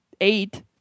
eight